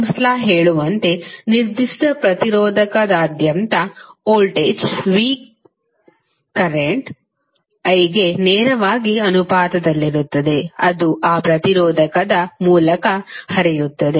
Ohm's ಲಾಹೇಳುವಂತೆ ನಿರ್ದಿಷ್ಟ ಪ್ರತಿರೋಧಕದಾದ್ಯಂತ ವೋಲ್ಟೇಜ್ V ಕರೆಂಟ್ I ಗೆ ನೇರವಾಗಿ ಅನುಪಾತದಲ್ಲಿರುತ್ತದೆ ಅದು ಆ ಪ್ರತಿರೋಧಕದ ಮೂಲಕ ಹರಿಯುತ್ತದೆ